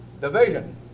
division